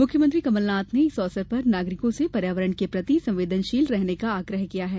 मुख्यमंत्री कमलनाथ ने इस अवसर पर नागरिकों से पर्यावरण के प्रति संवेदनशील रहने का आग्रह किया है